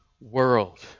world